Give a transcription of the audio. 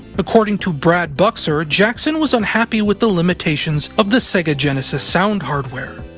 according to brad buxer, ah jackson was unhappy with the limitations of the sega genesis sound hardware.